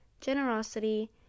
generosity